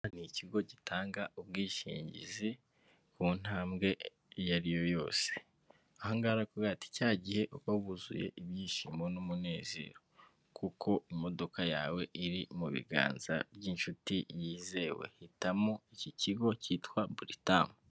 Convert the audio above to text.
Ni ikigo gitanga ubwishingizi, ku ntambwe iyo ariyo yose. Aha ngaha haravuga hati: " Cya gihe uba wuzuye ibyishimo n'umunezero kuko imodoka yawe iri mu biganza by'inshuti yizewe. Hitamo iki kigo cyitwa buritamu."